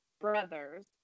brothers